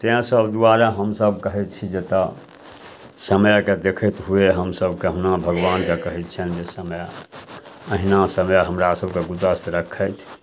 तैं सब दुआरे हमसब कहय छी जतऽ समयके देखैत हुये हमसब कहुना भगवानके कहय छियनि जे समय अहिना समय हमरा सबके गुदस्त रखथि